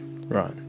Right